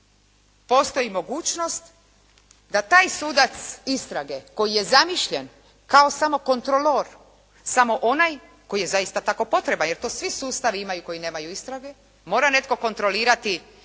postoji mogućnost da taj sudac istrage koji je zamišljen kao samo kontrolor, samo onaj koji je zaista tako potreban, jer to svi sustavi imaju koji nemaju istrage. Mora netko kontrolirati što